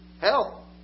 hell